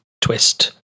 twist